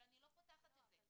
אבל אני לא פותחת את זה.